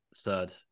third